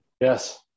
Yes